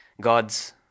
God's